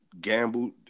gambled